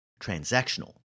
transactional